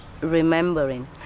remembering